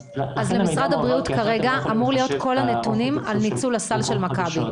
אז למשרד הבריאות כרגע אמורים להיות כל הנתונים על ניצול הסל של מכבי.